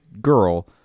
girl